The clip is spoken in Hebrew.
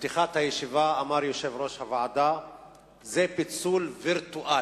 בפתיחת הישיבה אמר יושב-ראש הוועדה שזה פיצול וירטואלי,